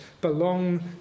belong